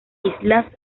islas